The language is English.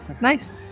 Nice